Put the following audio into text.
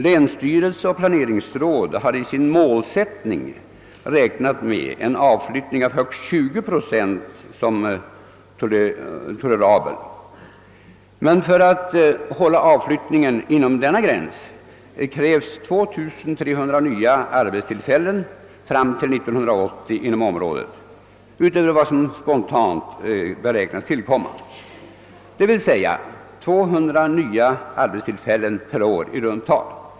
Länsstyrelse och planeringsråd har i sin målsättning räknat med en avflyttning om högst 20 procent såsom tolerabel. Men om avflyttningen skall kunna hållas inom denna gräns krävs 2 300 nya arbetstillfällen inom området fram till 1980 utöver vad som beräknas tillkomma spontant. Detta innebär i runt tal 200 nya arbetstillfällen per år.